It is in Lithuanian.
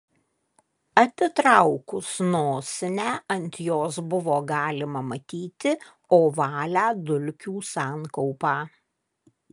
atitraukus nosinę ant jos buvo galima matyti ovalią dulkių sankaupą